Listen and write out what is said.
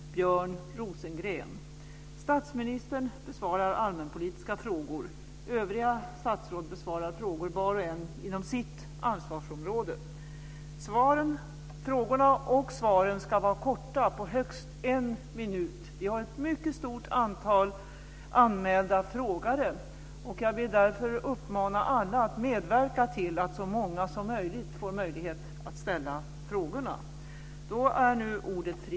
Kammarens sammanträde återupptas för riksdagens frågestund. Vid denna frågestund företräds regeringen av statsminister Göran Persson, statsrådet Björn Rosengren. Statsministern besvarar allmänpolitiska frågor. Övriga statsråd besvarar frågor var och en inom sitt ansvarsområde. Frågorna och svaren ska vara korta, på högst en minut. Vi har ett mycket stort antal anmälda frågare, och jag vill därför uppmana alla att medverka till att så många som möjligt får möjlighet att ställa frågor.